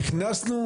נכנסנו